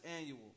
Annual